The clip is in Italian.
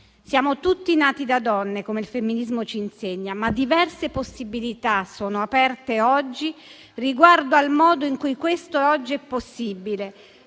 Siamo tutti nati da donne, come il femminismo ci insegna, ma diverse possibilità sono aperte riguardo al modo in cui questo oggi è possibile